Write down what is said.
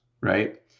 right